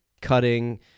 cutting